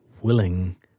willing